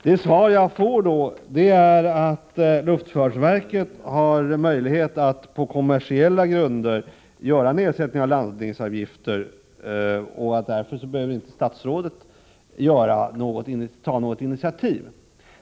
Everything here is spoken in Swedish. Det svar jag får går ut på att luftfartsverket har möjlighet att på kommersiella grunder sätta ned landningsavgiften och att statsrådet därför inte behöver ta något initiativ.